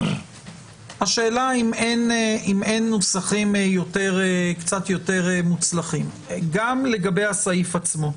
השאלה אם אין נוסחים קצת יותר מוצלחים גם לגבי הסעיף עצמו.